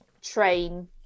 train